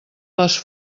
les